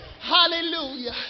hallelujah